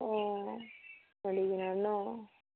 অঁ কিনাৰত নহ্